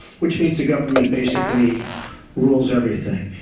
which means the government basically rules everything.